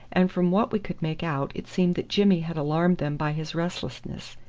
and from what we could make out it seemed that jimmy had alarmed them by his restlessness,